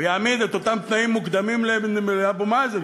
ויעמיד את אותם תנאים מוקדמים לאבו מאזן,